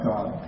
God